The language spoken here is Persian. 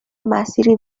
مسیری